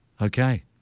Okay